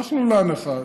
הלך לולן אחד,